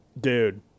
Dude